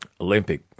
Olympic